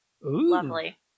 Lovely